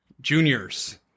Juniors